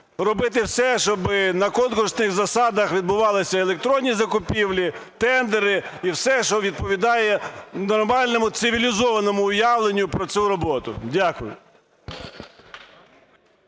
робити все, щоб на конкурсних засадах відбувались електронні закупівлі, тендери і все, що відповідає нормальному, цивілізованому уявленню про цю роботу. Дякую.